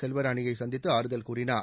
செல்வராணியை சந்தித்து ஆறுதல் கூறினார்